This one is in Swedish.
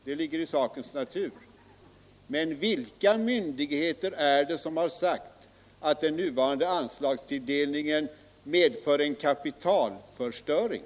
Herr talman! Ingen myndighet, det ligger i sakens natur. Men vilka myndigheter är det som har sagt att den nuvarande anslagstilldelningen medför en kapitalförstöring?